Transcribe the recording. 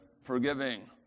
forgiving